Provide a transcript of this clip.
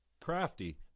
crafty